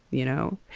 you know,